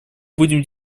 будем